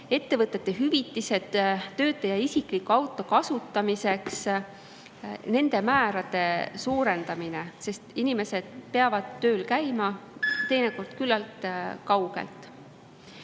ettevõtete hüvitised töötaja isikliku auto kasutamisel. Neid määrasid peaks suurendama, sest inimesed peavad tööl käima teinekord küllalt kaugelt.